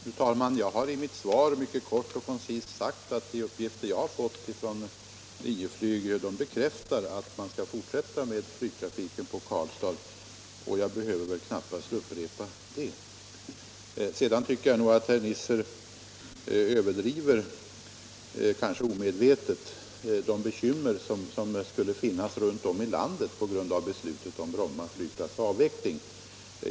Fru talman! Jag har i mitt svar kort och koncist sagt att de uppgifter jag har fått från Linjeflyg bekräftar att man skall fortsätta med flygtrafiken på Karlstad, och jag behöver väl knappast upprepa det. Sedan tycker jag att herr Nisser nog överdriver — kanske omedvetet —- de bekymmer som skulle finnas runt om i landet på grund av beslutet om avvecklingen av Bromma flygplats.